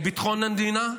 את ביטחון המדינה,